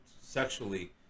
sexually